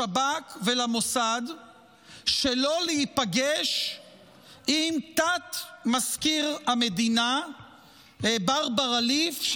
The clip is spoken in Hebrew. לשב"כ ולמוסד שלא להיפגש עם תת-מזכיר המדינה ברברה ליף,